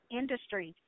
industry